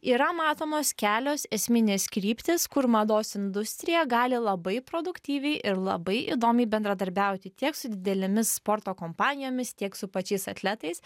yra matomos kelios esminės kryptys kur mados industrija gali labai produktyviai ir labai įdomiai bendradarbiauti tiek su didelėmis sporto kompanijomis tiek su pačiais atletais